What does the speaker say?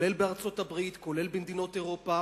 כולל בארצות-הברית, כולל במדינות אירופה,